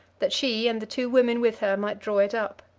that she and the two women with her might draw it up.